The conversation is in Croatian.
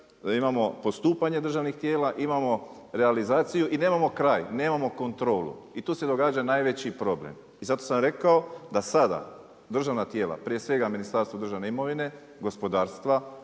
imamo postupanje državnih tijela, imamo realizaciju i nemamo kraj. Nemamo kontrolu i tu se događa najveći problem. I zato sam rekao da sada državna tijela, prije svega Ministarstvo državne imovine, gospodarstva,